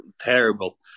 terrible